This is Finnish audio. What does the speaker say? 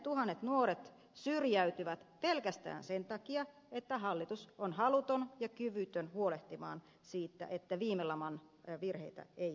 kymmenettuhannet nuoret syrjäytyvät pelkästään sen takia että hallitus on haluton ja kyvytön huolehtimaan siitä että viime laman virheitä ei toisteta